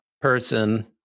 person